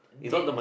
dead